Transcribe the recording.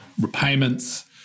repayments